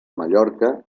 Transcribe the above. mallorca